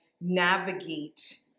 navigate